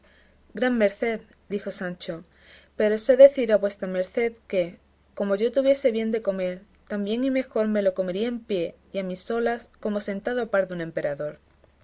gran merced dijo sancho pero sé decir a vuestra merced que como yo tuviese bien de comer tan bien y mejor me lo comería en pie y a mis solas como sentado a par de un emperador